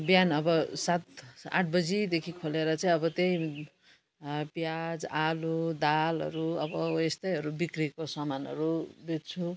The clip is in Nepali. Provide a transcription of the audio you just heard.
बिहान अब सात आठ बजीदेखि खोलेर चाहिँ अब त्यही प्याज आलु दालहरू अब यस्तैहरू बिक्रीको सामानहरू बेच्छु